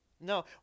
No